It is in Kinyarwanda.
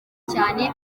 cyane